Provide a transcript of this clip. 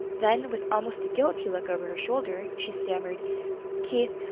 then, with almost a guilty look over her shoulder, she stammered keith,